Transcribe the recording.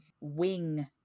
wing